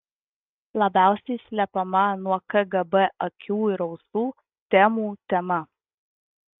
labiausiai slepiama nuo kgb akių ir ausų temų tema